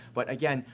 but again,